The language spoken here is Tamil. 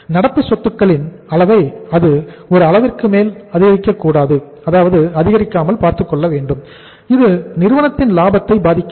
நடப்பு சொத்துக்களின் அளவை ஒரு அளவிற்கு மேல் அதிகரிக்க கூடாது அது நிறுவனத்தின் லாபத்தை பாதிக்கிறது